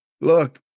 Look